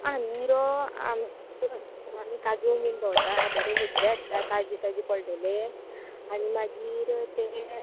आं निरो आं करून मगो आमी काजू बी भोवता बरे म्हुट्टे हाडटा ताजे पडलेले आनी मागीर ते